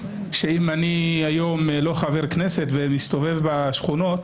שאם אני היום לא חבר כנסת ומסתובב בשכונות,